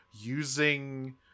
using